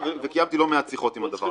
וקיימתי לא מעט שיחות על הדבר הזה.